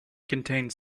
contains